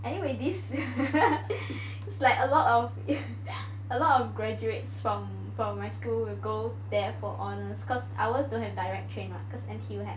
anyway this is like a lot of a lot of graduates from from my school will go there for honours cause ours don't have direct train mah cause N_T_U has